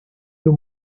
you